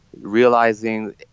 realizing